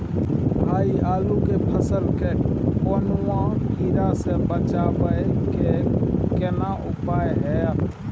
भाई आलू के फसल के कौनुआ कीरा से बचाबै के केना उपाय हैयत?